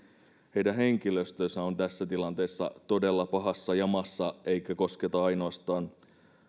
heidän henkilöstönsä ovat tässä tilanteessa todella pahassa jamassa eikä tämä kosketa ainoastaan